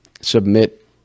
submit